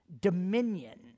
Dominion